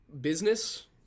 business